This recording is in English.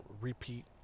repeat